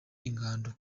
ingando